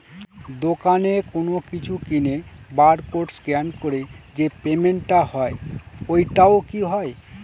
দোকানে কোনো কিছু কিনে বার কোড স্ক্যান করে যে পেমেন্ট টা হয় ওইটাও কি হয়?